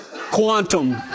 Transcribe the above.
quantum